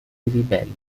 ribelli